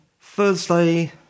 Thursday